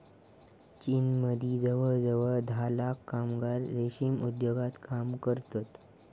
चीनमदी जवळजवळ धा लाख कामगार रेशीम उद्योगात काम करतत